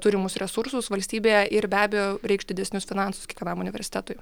turimus resursus valstybėje ir be abejo reikš didesnius finansus kiekvienam universitetui